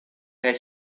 kaj